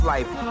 life